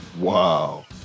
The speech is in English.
Wow